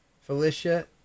Felicia